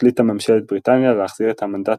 החליטה ממשלת בריטניה להחזיר את המנדט